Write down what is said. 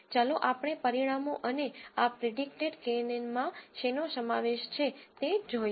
ચાલો આપણે પરિણામો અને આ પ્રીડીકટેડ કેએનએનમાં શેનો સમાવેશ છે તે જોઈએ